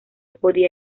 podía